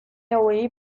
hauei